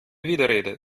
widerrede